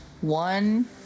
one